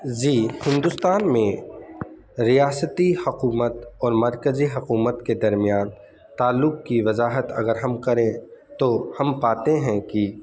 جی ہندوستان میں ریاستی حکومت اور مرکزی حکومت کے درمیان تعلق کی وضاحت اگر ہم کریں تو ہم پاتے ہیں کہ